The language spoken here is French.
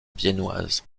viennoise